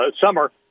summer